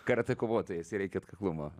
karatė kovotojas ir reikia atkaklumo